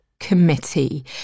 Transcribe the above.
Committee